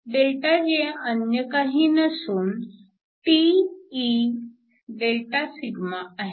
ΔJ अन्य काही नसून t eΔσ आहे